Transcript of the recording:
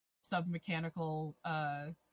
sub-mechanical